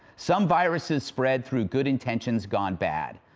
some viruses spread through good intentions gone bad.